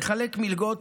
נחלק מלגות